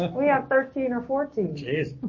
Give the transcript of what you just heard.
like we have thirteen or fourteen inches.